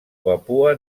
papua